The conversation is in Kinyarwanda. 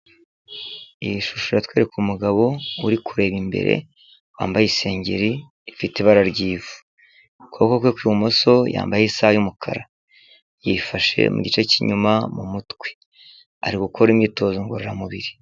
Iyi shusho iratwereka umugabo uri kureba imbere wambaye isengeri ifite ibara ry'ivu ukuboko kwe kw'ibumoso yambaye isaha y'umukara, yifashe mu gice cy'inyuma mu mutwe, ari gukora imyitozo ngororamubiri.